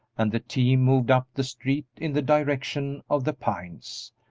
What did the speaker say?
and the team moved up the street in the direction of the pines,